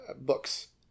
books